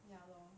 ya lor